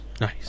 Nice